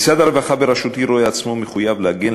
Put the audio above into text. משרד הרווחה בראשותי רואה עצמו מחויב להגן,